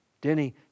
Denny